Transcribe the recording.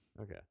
Okay